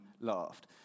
laughed